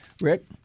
Rick